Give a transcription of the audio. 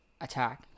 attack